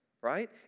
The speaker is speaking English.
right